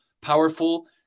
powerful